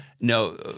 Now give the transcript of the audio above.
No